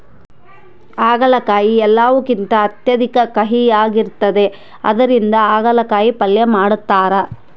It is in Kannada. ಆಗಲಕಾಯಿ ಎಲ್ಲವುಕಿಂತ ಅತ್ಯಧಿಕ ಕಹಿಯಾಗಿರ್ತದ ಇದರಿಂದ ಅಗಲಕಾಯಿ ಪಲ್ಯ ಮಾಡತಾರ